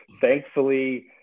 Thankfully